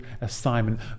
assignment